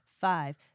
five